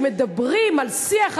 שמדברים על שיח,